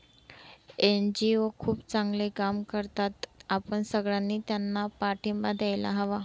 NGO खूप चांगले काम करतात, आपण सगळ्यांनी त्यांना पाठिंबा द्यायला हवा